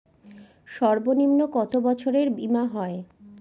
সর্বনিম্ন কত বছরের বীমার হয়?